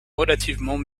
relativement